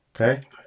Okay